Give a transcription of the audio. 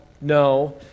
no